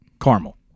caramel